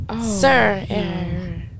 Sir